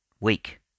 week